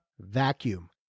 vacuum